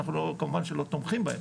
כמובן שלא תומכים בהן.